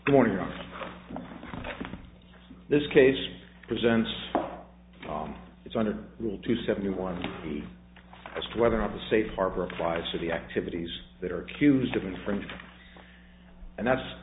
on this case presents it's under rule two seventy one as to whether on the safe harbor applies to the activities that are accused of infringement and that's